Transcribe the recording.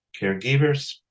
caregivers